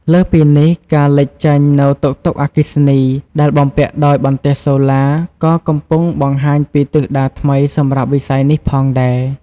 លើសពីនេះ ការលេចចេញនូវ តុកតុកអគ្គិសនី ដែលបំពាក់ដោយបន្ទះសូឡា ក៏កំពុងបង្ហាញពីទិសដៅថ្មីសម្រាប់វិស័យនេះផងដែរ។